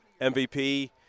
MVP